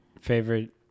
favorite